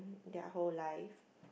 their whole life